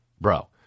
Bro